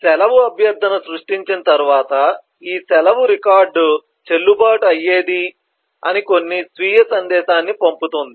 సెలవు అభ్యర్థన సృష్టించిన తరువాత ఈ సెలవు రికార్డు చెల్లుబాటు అయ్యేది అని కొన్ని స్వీయ సందేశాన్ని పంపుతుంది